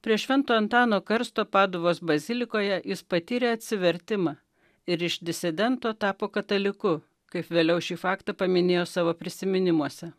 prie švento antano karsto paduvos bazilikoje jis patyrė atsivertimą ir iš disidento tapo kataliku kaip vėliau šį faktą paminėjo savo prisiminimuose